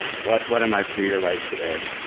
what what am i free to write today?